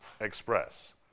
express